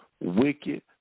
wicked